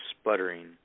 sputtering